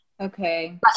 okay